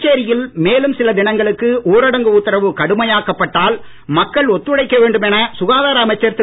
புதுச்சேரியில் மேலும் சில தினங்களுக்கு ஊரடங்கு உத்தரவு கடுமையாக்கப் பட்டால் மக்கள் ஒத்துழைக்க வேண்டும் என சுகாதார அமைச்சர் திரு